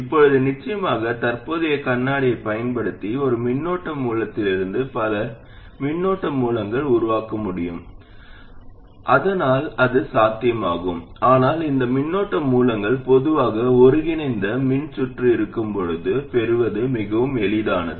இப்போது நிச்சயமாக தற்போதைய கண்ணாடியைப் பயன்படுத்தி ஒரு மின்னோட்ட மூலத்திலிருந்து பல மின்னோட்ட மூலங்களை உருவாக்க முடியும் அதனால் அது சாத்தியமாகும் ஆனால் இந்த மின்னோட்ட மூலங்கள் பொதுவாக ஒருங்கிணைந்த மின்சுற்று இருக்கும்போது பெறுவது மிகவும் எளிதானது